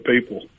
people